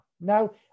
Now